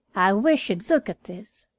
i wish you'd look at this,